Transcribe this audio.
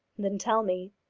then tell me.